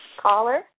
Caller